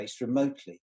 remotely